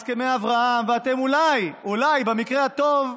הסכמי אברהם,